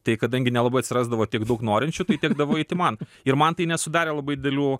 tai kadangi nelabai atsirasdavo tiek daug norinčių tai tekdavo eiti man ir man tai nesudarė labai didelių